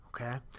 Okay